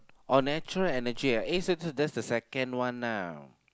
or natural energy eh eh so so that's the second one lah